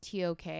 TOK